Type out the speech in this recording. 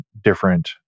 different